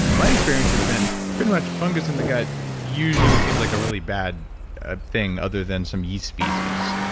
my experience has been pretty much fungus in the gut usually seems like a really bad ah thing, other than some yeast species,